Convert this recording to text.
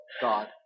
God